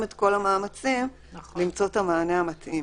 את כל המאמצים למצוא את המענה המתאים.